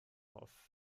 auf